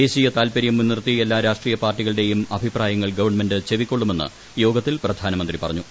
ദേശീയ താൽപര്യം മുൻനിർത്തി എല്ലാ രാഷ്ട്രീയ പാർട്ടികളുടെയും അഭിപ്രായങ്ങൾ ഗവൺമെന്റ് ചെവിക്കൊള്ളുമെന്ന് യോഗത്തിൽ പ്രധാനമന്ത്രി പറഞ്ഞു